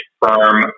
firm